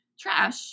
trash